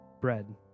bread